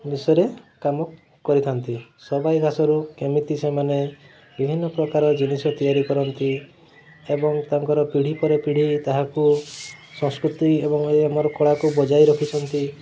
ବିଷୟରେ କାମ କରିଥାନ୍ତି ସବାଇ ଘାସରୁ କେମିତି ସେମାନେ ବିଭିନ୍ନ ପ୍ରକାର ଜିନିଷ ତିଆରି କରନ୍ତି ଏବଂ ତାଙ୍କର ପିଢ଼ି ପରେ ପିଢ଼ି ତାହାକୁ ସଂସ୍କୃତି ଏବଂ ଏଇ ଆମର କଳାକୁ ବଜାଇ ରଖିଛନ୍ତି